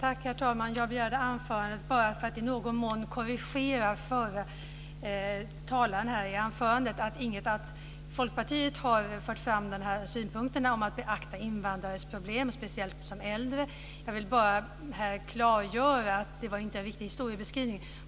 Herr talman! Jag begärde ordet bara för att i någon mån korrigera vad förra talaren sade i anförandet. Han sade att Folkpartiet har fört fram synpunkten om att beakta invandrares problem, och speciellt de äldres. Jag vill bara här klargöra att det inte var en riktig historiebeskrivning.